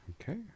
Okay